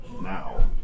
now